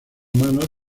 manos